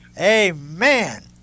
Amen